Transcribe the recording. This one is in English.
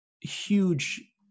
huge